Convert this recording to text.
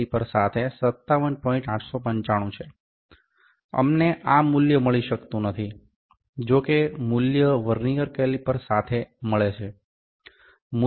895 છે અમને આ મૂલ્ય મળી શકતું નથી જો કે મૂલ્ય વર્નીઅર કેલિપર સાથે મળે છે